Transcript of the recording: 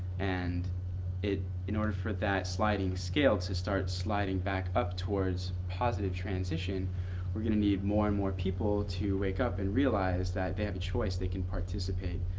and in order for that sliding scale to start sliding back up towards positive transition we're going to need more and more people to wake up and realize that they have a choice. they can participate.